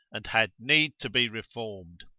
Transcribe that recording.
and had need to be reformed.